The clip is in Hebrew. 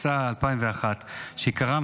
חברי הכנסת, נעבור לנושא הבא על סדר-היום, הצעת